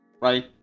right